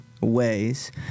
ways